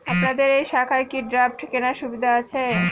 আপনাদের এই শাখায় কি ড্রাফট কেনার সুবিধা আছে?